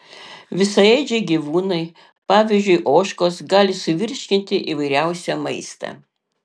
visaėdžiai gyvūnai pavyzdžiui ožkos gali suvirškinti įvairiausią maistą